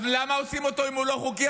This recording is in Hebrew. אז למה עושים אותו אם הוא לא חוקי?